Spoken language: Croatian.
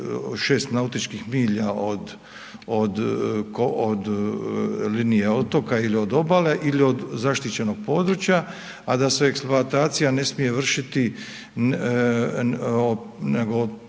više 6 nautičkih milja od linije otoka ili obale ili od zaštićenog područja, a da se eksploatacija ne smije vršiti